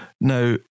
Now